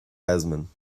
easmainn